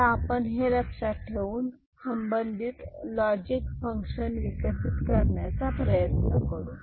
आता आपण हे लक्षात ठेवून संबंधित लॉजिक फंक्शन विकसित करण्याचा प्रयत्न करू